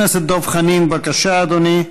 חבר הכנסת דב חנין, בבקשה, אדוני,